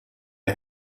ihr